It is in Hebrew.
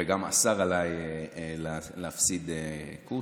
והוא גם אסר עליי להפסיד קורסים.